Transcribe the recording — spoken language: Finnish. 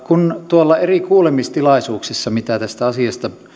kun tuolla eri kuulemistilaisuuksissa mitä tästä asiasta